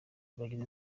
bagize